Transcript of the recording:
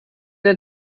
dein